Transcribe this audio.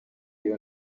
iyo